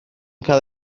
cael